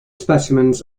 specimens